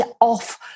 off